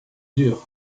dure